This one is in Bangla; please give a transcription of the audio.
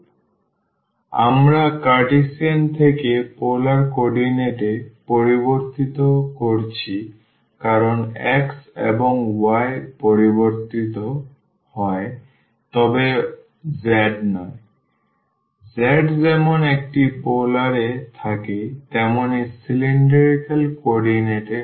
সুতরাং আমরা কার্টেসিয়ান থেকে পোলার কোঅর্ডিনেট এ পরিবর্তিত করছি কারণ x এবং y পরিবর্তিত হয় তবে z নয় z যেমন একটি পোলার এ থাকে তেমনি cylindrical কোঅর্ডিনেট এ হয়